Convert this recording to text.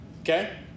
okay